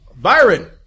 Byron